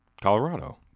Colorado